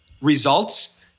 results